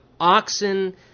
oxen